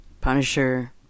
Punisher